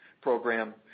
program